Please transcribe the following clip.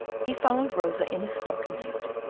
he followed rosa in his stocking feet,